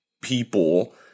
people